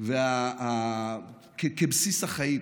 כבסיס החיים.